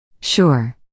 Sure